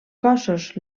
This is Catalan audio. cossos